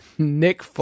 Nick